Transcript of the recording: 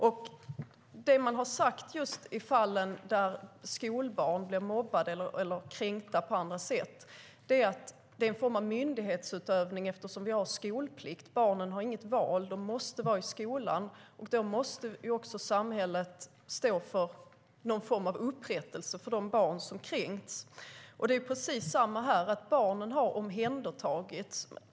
I de fall där skolbarn blivit mobbade eller på annat sätt blivit kränkta har man sagt att det är en form av myndighetsutövning eftersom vi har skolplikt. Barnen har inget val, utan de måste vara i skolan. Därför måste samhället ge någon form av upprättelse åt de barn som kränkts. Samma sak gäller här. Barnen har omhändertagits.